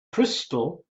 crystal